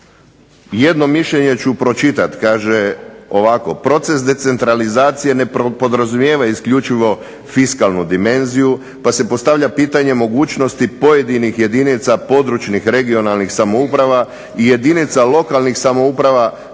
Jedno mišljenje ću pročitati. Kaže ovako proces decentralizacije ne podrazumijeva isključivo fiskalnu dimenziju, pa se postavlja pitanje mogućnosti pojedinih jedinica područnih regionalnih samouprava, i jedinica lokalnih samouprava